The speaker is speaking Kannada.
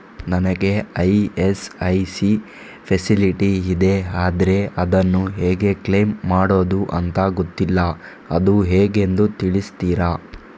ನನಗೆ ಇ.ಎಸ್.ಐ.ಸಿ ಫೆಸಿಲಿಟಿ ಇದೆ ಆದ್ರೆ ಅದನ್ನು ಹೇಗೆ ಕ್ಲೇಮ್ ಮಾಡೋದು ಅಂತ ಗೊತ್ತಿಲ್ಲ ಅದು ಹೇಗೆಂದು ತಿಳಿಸ್ತೀರಾ?